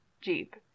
jeep